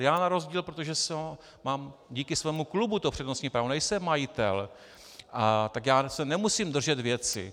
Já na rozdíl, protože mám díky svému klubu to přednostní právo, nejsem majitel, tak já se nemusím držet věci.